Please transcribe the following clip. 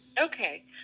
Okay